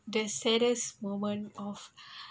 the saddest moment of